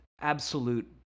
absolute